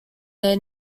their